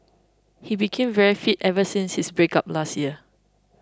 he became very fit ever since his breakup last year